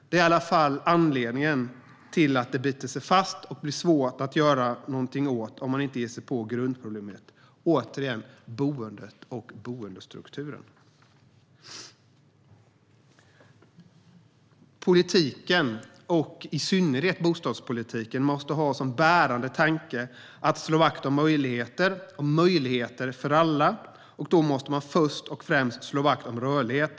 Det är i alla fall anledningen till att det biter sig fast och blir svårt att göra någonting åt om man inte ger sig på grundproblemet, alltså boendet och boendestrukturen. Politiken och i synnerhet bostadspolitiken måste ha som bärande tanke att slå vakt om möjligheter för alla. Då måste man först och främst slå vakt om rörlighet.